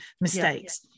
mistakes